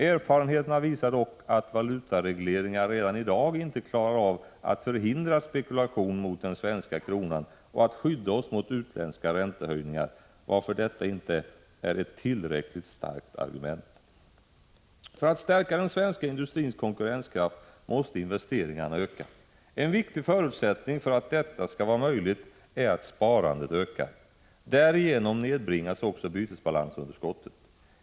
Erfarenheterna visar dock att valutaregleringar redan i dag inte klarar av att förhindra spekulation mot den svenska kronan och att skydda oss mot utländska räntehöjningar, varför detta inte är ett tillräckligt starkt argument. För att stärka den svenska industrins konkurrenskraft måste investeringarna öka. En viktig förutsättning för att detta skall vara möjligt är att sparandet ökar. Därigenom nedbringas också bytesbalansunderskottet.